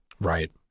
right